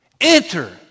Enter